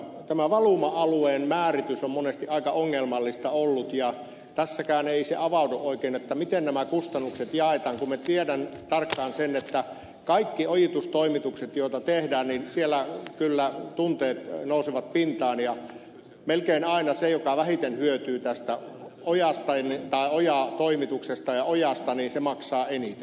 tämä valuma alueen määritys on monesti aika ongelmallista ollut ja tässäkään se ei avaudu oikein miten nämä kustannukset jaetaan kun minä tiedän tarkkaan sen että kaikki ojitustoimitukset joita tehdään niin siellä kyllä tunteet nousevat pintaan ja melkein aina se joka vähiten hyötyy tästä ojatoimituksesta ja ojasta se maksaa eniten